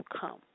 come